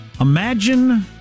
imagine